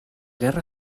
guerra